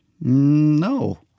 No